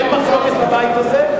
אין מחלוקת בבית הזה.